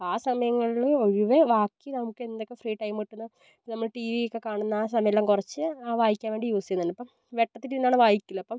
ആ സമയങ്ങളിൽ ഒഴിവ് ബാക്കി നമുക്ക് എന്തൊക്കെ ഫ്രീ ടൈമ് കിട്ടുന്നോ നമ്മൾ ടി വിയൊക്കെ കാണുന്ന ആ സമയമെല്ലാം കുറച്ച് ആ വായിക്കാൻ വേണ്ടി യൂസ് ചെയ്യുന്നുള്ളു അപ്പം വെട്ടത്തിലിരുന്നാൽ വായിക്കില്ല അപ്പം